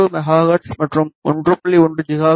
1 gigahertz